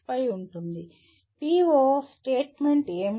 PO statement ఏమిటి